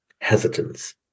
hesitance